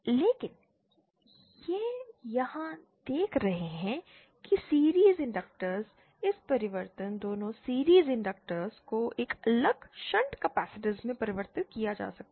लेकिन हम यहां देख रहे हैं कि सीरिज़ इंडक्टर्नस इस परिवर्तन दोनों सीरिज़ इंडक्टर्नस को एक अलग शंट कैपेसिटेंस में परिवर्तित किया जा सकता है